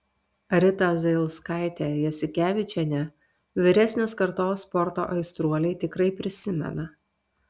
ritą zailskaitę jasikevičienę vyresnės kartos sporto aistruoliai tikrai prisimena